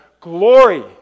glory